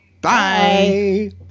Bye